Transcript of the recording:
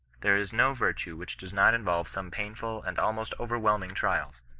there is no virtue which does not involve some painful and almost overwhelming trials.